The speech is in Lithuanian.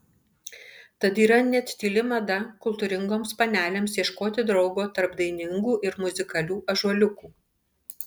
tad yra net tyli mada kultūringoms panelėms ieškoti draugo tarp dainingų ir muzikalių ąžuoliukų